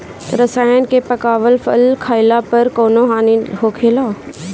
रसायन से पकावल फल खइला पर कौन हानि होखेला?